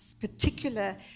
particular